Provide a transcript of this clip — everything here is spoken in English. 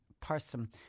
Person